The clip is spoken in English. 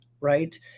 right